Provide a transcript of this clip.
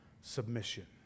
submission